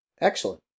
Excellent